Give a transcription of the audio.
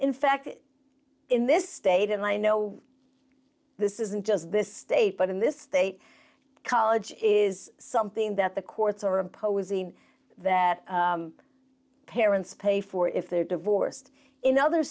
in fact in this state and i know this isn't just this state but in this state college is something that the courts are imposing that parents pay for if they're divorced in other